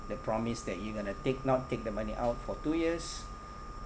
the promise that you going to take not take the money out for two years